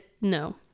No